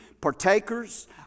partakers